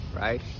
right